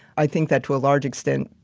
i think that to a large extent,